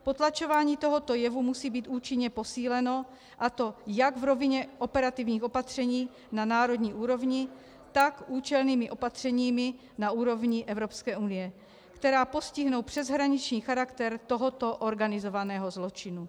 Potlačování tohoto jevu musí být účinně posíleno, a to jak v rovině operativních opatření na národní úrovni, tak účelnými opatřeními na úrovni EU, která postihnou přeshraniční charakter tohoto organizovaného zločinu.